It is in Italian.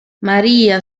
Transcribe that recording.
maria